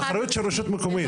אחריות של רשות מקומית,